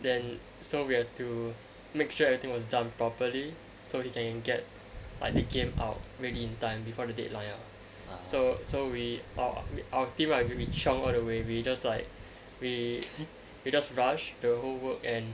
then so we have to make sure everything was done properly so he can get like the game out ready in time before the deadline ya so so we our our team right we chiong the way we just like we just rush the whole work and